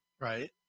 Right